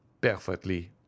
Perfectly